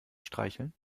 streicheln